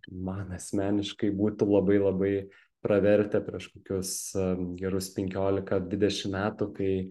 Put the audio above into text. man asmeniškai būtų labai labai pravertę prieš kokius gerus penkiolika dvidešim metų kai